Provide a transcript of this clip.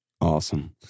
Awesome